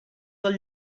del